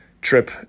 Trip